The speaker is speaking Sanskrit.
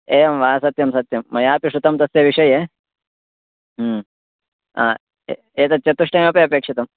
एवं वा सत्यंसत्यं मयापि श्रुतं तस्य विषये हु आ एतच्चतुष्टयमपि अपेक्षितम्